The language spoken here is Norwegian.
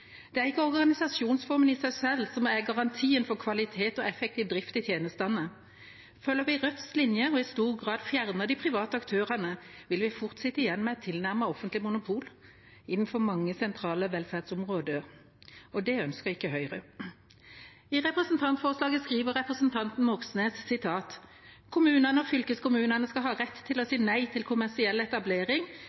Det er ikke organisasjonsformen i seg selv som er garantien for kvalitet og effektiv drift i tjenestene. Følger vi Rødts linje og i stor grad fjerner de private aktørene, vil vi fort sitte igjen med et tilnærmet offentlig monopol innenfor mange sentrale velferdsområder, og det ønsker ikke Høyre. I representantforslaget skriver representanten Moxnes: «Kommunene og fylkeskommunene skal ha rett til å si nei til kommersiell etablering